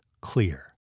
clear